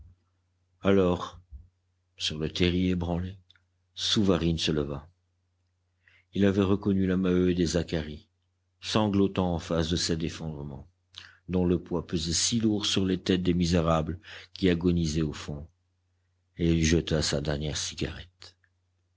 alors sur le terri ébranlé souvarine se leva il avait reconnu la maheude et zacharie sanglotant en face de cet effondrement dont le poids pesait si lourd sur les têtes des misérables qui agonisaient au fond et il jeta sa dernière cigarette